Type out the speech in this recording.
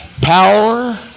power